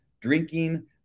drinking